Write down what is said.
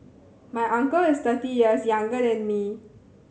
my uncle is thirty years younger than me